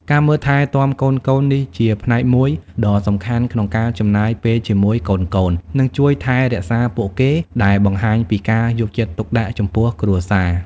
ការមើលថែទាំកូនៗ នេះជាផ្នែកមួយដ៏សំខាន់ក្នុងការចំណាយពេលជាមួយកូនៗ និងជួយថែរក្សាពួកគេ ដែលបង្ហាញពីការយកចិត្តទុកដាក់ចំពោះគ្រួសារ។